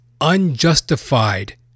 unjustified